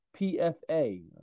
PFA